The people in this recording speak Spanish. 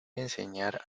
enseñar